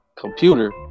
computer